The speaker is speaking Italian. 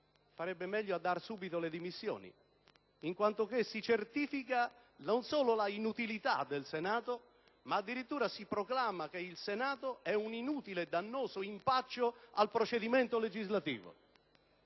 farebbe meglio a dare subito le dimissioni, in quanto esso non solo certifica l'inutilità del Senato, ma addirittura proclama che esso è un inutile e dannoso impaccio al procedimento legislativo.